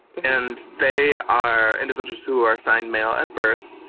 and they are individuals who are assigned male at birth,